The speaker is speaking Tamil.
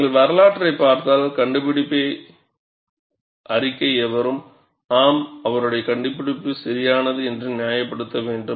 நீங்கள் வரலாற்றைப் பார்த்தால் கண்டுபிடிப்பைப் அறிக்கை எவரும் 'ஆம் அவருடைய கண்டுபிடிப்பு சரியானது' என்று நியாயப்படுத்த வேண்டும்